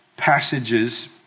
passages